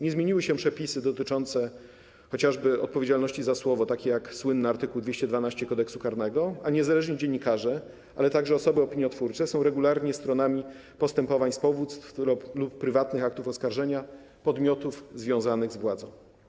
Nie zmieniły się przepisy dotyczące chociażby odpowiedzialności za słowo, takie jak słynny art. 212 Kodeksu karnego, a niezależni dziennikarze, ale także osoby opiniotwórcze, są regularnie stronami postępowań z powództw lub prywatnych aktów oskarżenia podmiotów związanych z władzą.